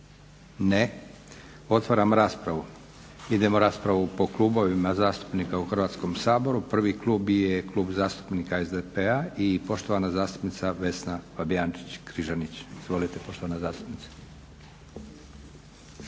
Ne. Otvaram raspravu. Idemo raspravom po klubovima zastupnika u Hrvatskom saboru. Prvi klub je Klub zastupnika SDP-a i poštovana zastupnica Vesna Fabijančić-Križanić. Izvolite poštovana zastupnice.